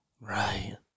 Right